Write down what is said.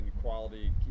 quality